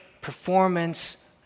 performance